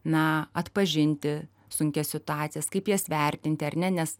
na atpažinti sunkias situacijas kaip jas vertinti ar ne nes